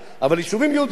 אבל יישובים יהודיים,